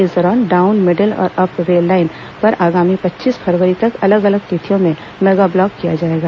इस दौरान down middle और अप रेल लाइन पर आगामी पच्चीस फरवरी तक अलग अलग तिथियों में मेगाब्लॉक किया जाएगा